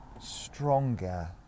stronger